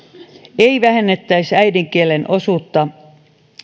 ei vähennettäisi äidinkielen osuutta